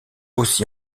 aussi